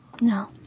No